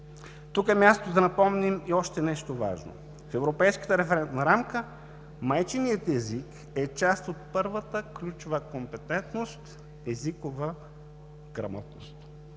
Тук е мястото да напомним и още едно важно нещо: в Европейската референтна рамка майчиният език е част от първата ключова компетентност „Езикова грамотност“.